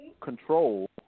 control